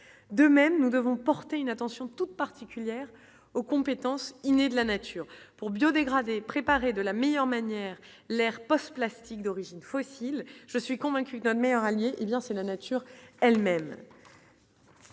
de même nous devons porter une attention toute particulière aux compétences Inès de la nature pour bio-dégrader préparé de la meilleure manière, l'air passe plastiques d'origine fossile, je suis convaincu, notre meilleur allié, il y a, c'est la nature elles-mêmes.